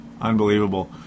unbelievable